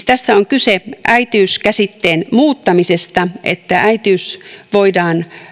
tässä on kyse äitiys käsitteen muuttamisesta niin että äitiys voidaan